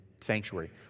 sanctuary